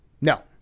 No